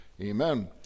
Amen